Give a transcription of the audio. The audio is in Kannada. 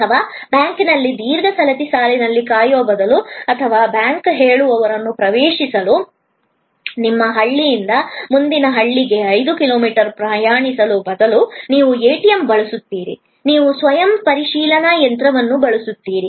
ಅಥವಾ ಬ್ಯಾಂಕಿನಲ್ಲಿ ದೀರ್ಘ ಸರತಿ ಸಾಲಿನಲ್ಲಿ ಕಾಯುವ ಬದಲು ಅಥವಾ ಬ್ಯಾಂಕ್ ಹೇಳುವವರನ್ನು ಪ್ರವೇಶಿಸಲು ನಿಮ್ಮ ಹಳ್ಳಿಯಿಂದ ಮುಂದಿನ ಹಳ್ಳಿಗೆ ಐದು ಕಿಲೋಮೀಟರ್ ಪ್ರಯಾಣಿಸುವ ಬದಲು ನೀವು ಎಟಿಎಂ ಬಳಸುತ್ತೀರಿ ನೀವು ಸ್ವಯಂ ಪರಿಶೀಲನಾ ಯಂತ್ರವನ್ನು ಬಳಸುತ್ತೀರಿ